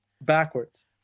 backwards